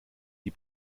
die